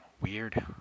Weird